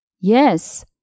Yes